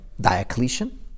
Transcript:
Diocletian